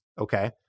Okay